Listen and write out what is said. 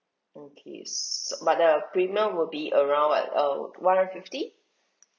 okay s~ but the premium will be around what err one hundred fifty